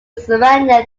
surrender